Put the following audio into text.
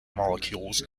molecules